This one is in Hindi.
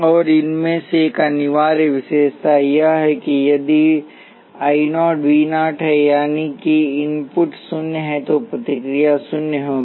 और इनमें से एक अनिवार्य विशेषता यह है कि यदि I 0 V 0 है यानि कि इनपुट शून्य है तो प्रतिक्रिया शून्य होगी